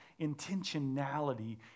intentionality